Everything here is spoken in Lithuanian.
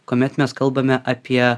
kuomet mes kalbame apie